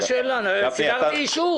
מה השאלה סידרתי אישור.